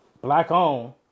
black-owned